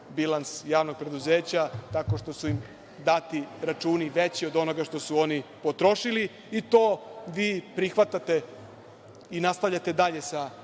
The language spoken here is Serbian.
bilans javnog preduzeća tako što su im dati računi veći od onoga što su oni potrošili i to vi prihvatate i nastavljate dalje sa